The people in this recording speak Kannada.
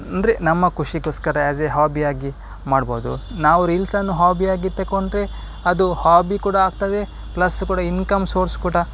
ಅಂದರೆ ನಮ್ಮ ಖುಷಿಗೋಸ್ಕರ ಯಾಸ್ ಎ ಹಾಬಿಯಾಗಿ ಮಾಡ್ಬೋದು ನಾವು ರೀಲ್ಸನ್ನು ಹಾಬಿಯಾಗಿ ತಗೊಂಡ್ರೆ ಅದು ಹಾಬಿ ಕೂಡ ಆಗ್ತದೆ ಪ್ಲಸ್ ಕೂಡ ಇನ್ಕಮ್ ಸಾರ್ಸ್ ಕೂಡ